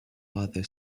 other